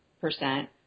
percent